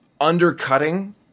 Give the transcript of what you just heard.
undercutting